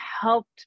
helped